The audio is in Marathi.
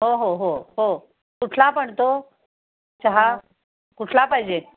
हो हो हो हो कुठला पण तो चहा कुठला पाहिजे